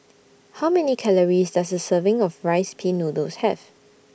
How Many Calories Does A Serving of Rice Pin Noodles Have